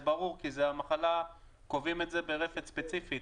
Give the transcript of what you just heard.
זה ברור כי קובעים את זה ברפת ספציפית.